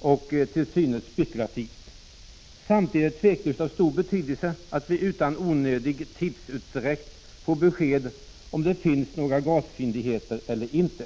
och kan synas spekulativt. Samtidigt är det tveklöst av stor betydelse att vi utan onödig tidsutdräkt får besked om det finns några gasfyndigheter eller inte.